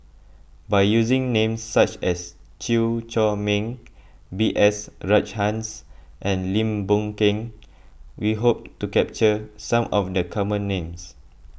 by using names such as Chew Chor Meng B S Rajhans and Lim Boon Keng we hope to capture some of the common names